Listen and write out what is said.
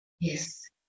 Yes